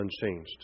unchanged